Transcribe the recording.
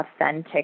authentic